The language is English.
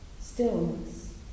stillness